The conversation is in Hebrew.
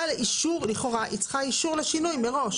לכאורה היא צריכה אישור לשינוי מראש